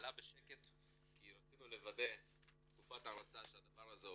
עלה בשקט כי רצינו לוודא בתקופת הרצה שהדבר הזה עובד.